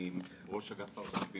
אני ראש אגף האוספים בספרייה.